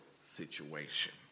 situation